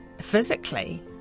physically